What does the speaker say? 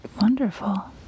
wonderful